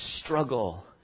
struggle